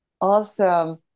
Awesome